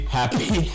happy